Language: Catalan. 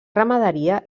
ramaderia